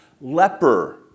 leper